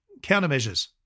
Countermeasures